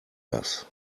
das